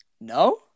No